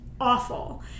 awful